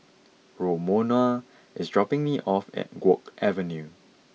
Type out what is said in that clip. Romona is dropping me off at Guok Avenue